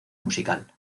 musical